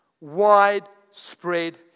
widespread